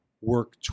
work